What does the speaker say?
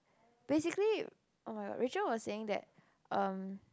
basically oh-my-god Rachel was saying that um